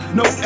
no